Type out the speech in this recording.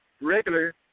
Regular